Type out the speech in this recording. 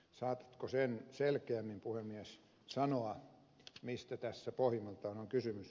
saatatko sen selkeämmin puhemies sanoa mistä tässä pohjimmaltaan on kysymys